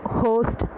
host